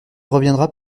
reviendra